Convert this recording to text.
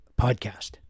podcast